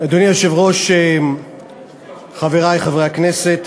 אדוני היושב-ראש, חברי חברי הכנסת,